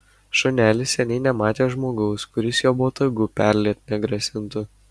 šunelis seniai nematė žmogaus kuris jo botagu perliet negrasintų